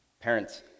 Parents